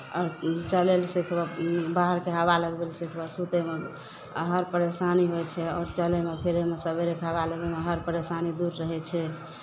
आओर चलयलासँ थोड़ा बाहरके हवा लगबय लेल कहै छै ओकरा सूतयमे आ हर परेशानी होइ छै आओर चलयमे फिरयमे सवेरेकेँ हवा लगेनाय हर परेशानी दूर रहै छै